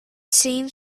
seemed